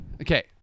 Okay